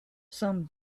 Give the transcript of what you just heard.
some